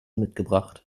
mitgebracht